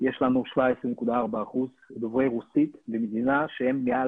יש לנו 17.4% דוברי רוסית במדינה שהם מעל